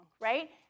right